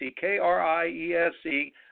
K-R-I-E-S-E